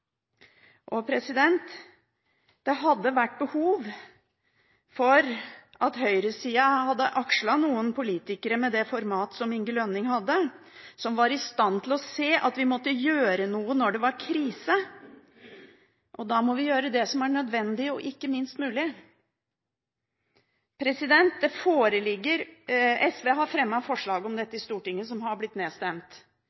Det hadde vært behov for at høyresida hadde akslet noen politikere med det format som Inge Lønning hadde, som var i stand til å se at vi måtte gjøre noe når det var krise. Da må vi gjøre det som er nødvendig, og ikke minst mulig. SV har fremmet forslag om dette i Stortinget som har blitt nedstemt. I dag foreligger det noen forslag om